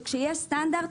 שכשיש סטנדרט,